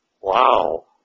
Wow